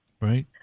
Right